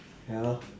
yeah lor